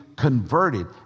converted